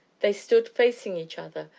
they stood facing each other,